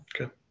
Okay